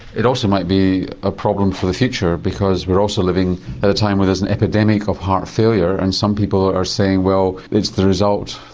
it also might be a problem for the future because we're also living at a time where there's an epidemic of heart failure and some people are saying well it's the result,